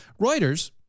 Reuters